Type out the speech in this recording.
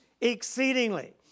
exceedingly